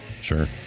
sure